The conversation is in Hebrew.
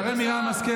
שרן מרים השכל,